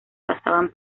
pasaban